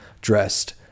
dressed